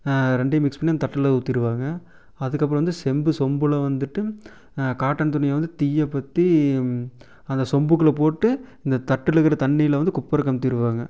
ரெண்டையும் மிக்ஸ் பண்ணி அந்த தட்டில் ஊற்றிடுவாங்க அதுக்கப்புறம் வந்து செம்பு சொம்பில் வந்துட்டு காட்டன் துணியை வந்து தீயை பற்றி அந்த சொம்புக்குள் போட்டு இந்த தட்டில் இருக்கிற தண்ணீயில் வந்து குப்புற கமுத்திடுவாங்க